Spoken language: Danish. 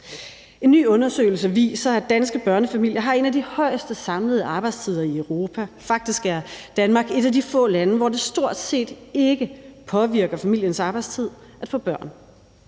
En ny undersøgelse viser, at danske børnefamilier har en af de højeste samlede arbejdstider i Europa. Faktisk er Danmark et af de få lande, hvor det stort set ikke påvirker familiens arbejdstid at få børn.